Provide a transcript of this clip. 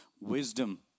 wisdom